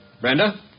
Brenda